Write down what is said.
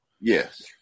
Yes